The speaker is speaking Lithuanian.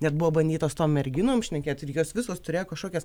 net buvo bandytos tom merginom šnekėti ir jos visos turėjo kažkokias